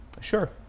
sure